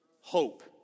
hope